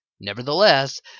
Nevertheless